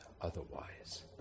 otherwise